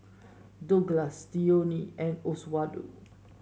Douglass Dionne and Oswaldo